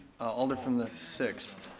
alder from the sixth.